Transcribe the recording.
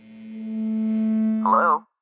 Hello